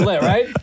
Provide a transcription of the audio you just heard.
right